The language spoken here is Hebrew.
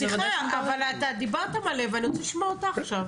סליחה, אתה דיברת מלא ואני רוצה לשמוע אותה עכשיו.